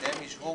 שהם יישבו